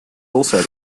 also